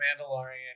Mandalorian